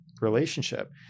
relationship